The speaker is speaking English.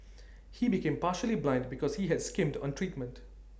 he became partially blind because he had skimmed on treatment